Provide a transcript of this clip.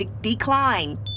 Decline